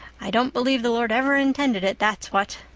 i don't believe the lord ever intended it, that's what.